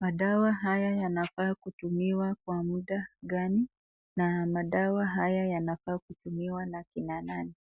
madawa haya yanafaa kutumiwa kwa muda gani na madawa haya yanafaa kutumiwa na kina nani.